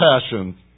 passion